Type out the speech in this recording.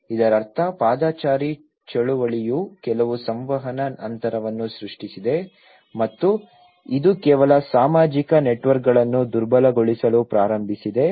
ಇದರರ್ಥ ಪಾದಚಾರಿ ಚಳುವಳಿಯು ಕೆಲವು ಸಂವಹನ ಅಂತರವನ್ನು ಸೃಷ್ಟಿಸಿದೆ ಮತ್ತು ಇದು ಕೆಲವು ಸಾಮಾಜಿಕ ನೆಟ್ವರ್ಕ್ಗಳನ್ನು ದುರ್ಬಲಗೊಳಿಸಲು ಪ್ರಾರಂಭಿಸಿದೆ